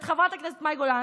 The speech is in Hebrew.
את חברת הכנסת מאי גולן,